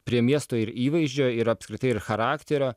prie miesto ir įvaizdžio ir apskritai ir charakterio